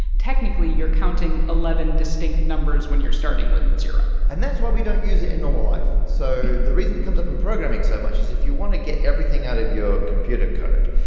technically, you're counting eleven distinct numbers when you're starting with zero and that's why we don't use it in normal life. so the reason it comes up in programming so much is if you want to get everything out of your computer code,